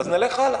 אז נלך הלאה.